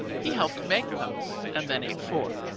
he helped make them and then ate four.